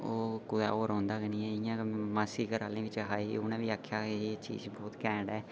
ओह् कुतै होर औंदा गै नीं ऐ मासी घरआह्ले बी चखाई ही उ'नें बी आखेआ ऐ चीज बहुत घैंट ऐ